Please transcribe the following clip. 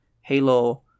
Halo